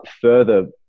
further